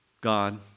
God